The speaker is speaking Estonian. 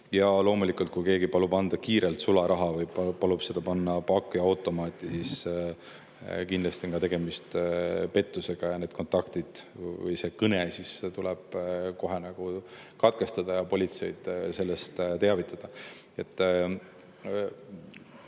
Ja loomulikult, kui keegi palub anda kiirelt sularaha või palub selle panna pakiautomaati, siis kindlasti on tegemist pettusega ja need kontaktid või see kõne tuleb kohe katkestada ja politseid sellest teavitada.